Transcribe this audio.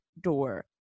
door